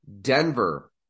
Denver